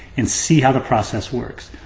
and see how the process works.